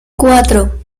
cuatro